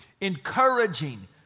Encouraging